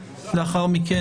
לאחר מכן,